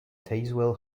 tazewell